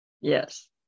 Yes